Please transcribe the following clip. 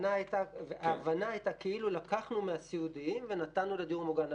ההבנה הייתה כאילו לקחנו מהסיעודיים ונתנו לדיור מוגן.